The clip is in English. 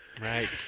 Right